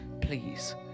Please